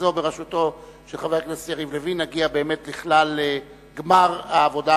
זו בראשותו של חבר הכנסת יריב לוין נגיע לכלל גמר העבודה החשובה.